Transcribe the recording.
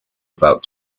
about